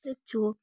দেখছো